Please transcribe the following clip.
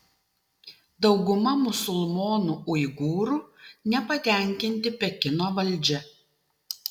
dauguma musulmonų uigūrų nepatenkinti pekino valdžia